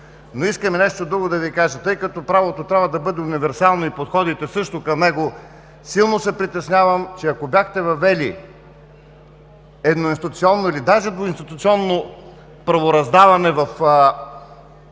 Искам и нещо друго да Ви кажа: тъй като правото трябва да бъде универсално и подходите също към него, силно се притеснявам, че ако бяхте въвели едноинституционно или даже двуинституционно правораздаване в